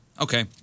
Okay